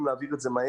יותר,